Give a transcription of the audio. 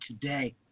today